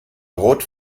rot